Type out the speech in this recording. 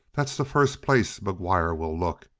that's the first place mcguire will look,